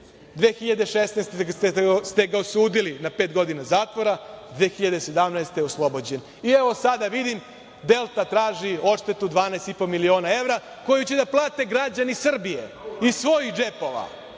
2016. ste ga osudili na pet godina zatvora a 2017. godine je oslobođen. Evo, sada vidim da "Delta" traži odštetu od 12,5 miliona evra, koju će da plate građani Srbije iz svojih džepova.